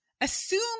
Assume